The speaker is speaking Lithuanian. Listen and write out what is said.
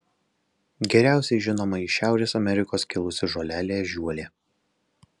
geriausiai žinoma iš šiaurės amerikos kilusi žolelė ežiuolė